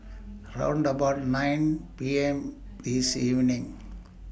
round about nine P M This evening